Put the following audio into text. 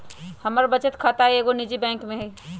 हमर बचत खता एगो निजी बैंक में हइ